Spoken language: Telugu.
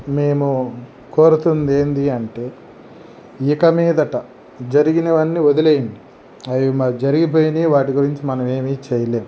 మేము కోరుతుంది ఏంది అంటే ఇక మీదట జరిగినవన్నీ వదిలేయండి అయి జరిగిపోయినవి వాటి గురించి మనం ఏమీ చేయలేం